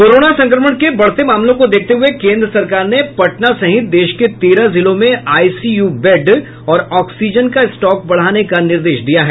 corona संक्रमण के बढ़ते मामलों को देखते हुये केंद्र सरकार ने पटना सहित देश के तेरह जिलों में आईसीयू बेड और ऑक्सीजन का स्टॉक बढ़ाने का निर्देश दिया है